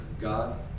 God